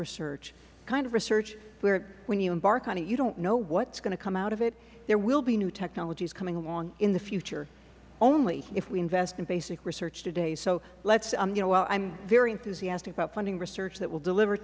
research the kind of research where when you embark on it you don't know what is going to come out of it there will be new technologies coming along in the future only if we invest in basic research today so let us i am very enthusiastic about funding research that will deliver